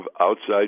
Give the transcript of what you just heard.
outside